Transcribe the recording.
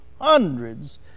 hundreds